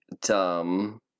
dumb